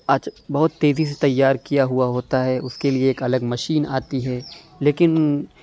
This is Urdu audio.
آج بہت تیزی سے تیار کیا ہُوا ہوتا ہے اُس کے لیے ایک الگ مشین آتی ہے لیکن